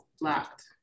Locked